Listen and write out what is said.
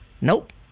Nope